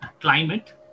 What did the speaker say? climate